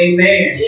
Amen